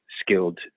skilled